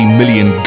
million